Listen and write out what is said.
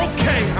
Okay